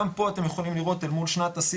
גם פה אתם יכולים לראות אל מול שנת השיא